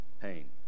pain